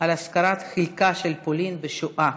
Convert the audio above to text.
את הזכרת חלקה של פולין בשואה.